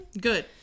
Good